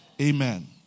Amen